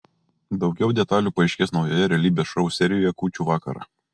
daugiau detalių paaiškės naujoje realybės šou serijoje kūčių vakarą